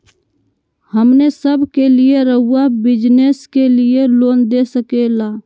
हमने सब के लिए रहुआ बिजनेस के लिए लोन दे सके ला?